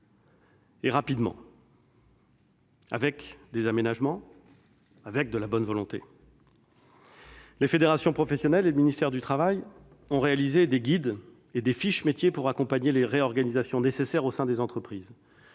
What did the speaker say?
et rapidement, avec des aménagements et de la bonne volonté. Les fédérations professionnelles et le ministère du travail ont réalisé des guides et des fiches métiers pour accompagner les réorganisations nécessaires au sein des entreprises.